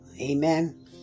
Amen